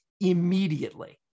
immediately